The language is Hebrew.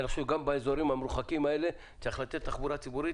גם באזורים המרוחקים האלה צריך לתת תחבורה ציבורית,